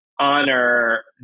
honor